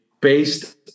based